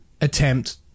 attempt